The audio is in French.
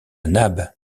nab